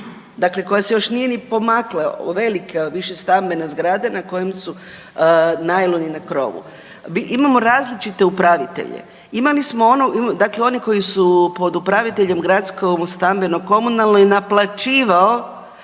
dakle koja se još nije ni pomakla, velika više stambena zgrada na kojem su najloni na krovu. Imamo različite upravitelje, imali smo, dakle oni koji su pod upraviteljem gradsko-stambeno-komunalnom i naplaćivao